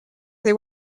they